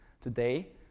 today